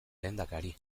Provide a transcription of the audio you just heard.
lehendakari